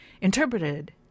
interpreted